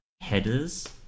headers